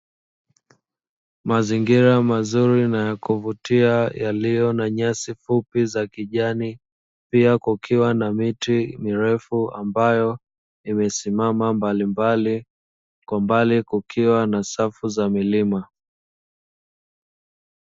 Mazingira mazuri na ya kuvutia yaliyo na nyasi fupi za kijani, pia kukiwa na miti mirefu ambayo imesimama mbalimbali, kwa mbali kukiwa na safu za milima.